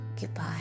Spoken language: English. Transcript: Goodbye